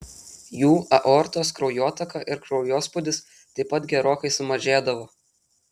jų aortos kraujotaka ir kraujospūdis taip pat gerokai sumažėdavo